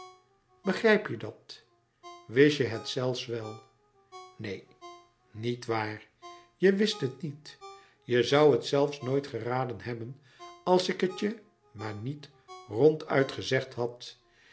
begrijp je dat wist je het zelfs wel neen niet waar je wist het niet je zoû het zelfs nooit geraden hebben als ik het je maar niet ronduit gezegd had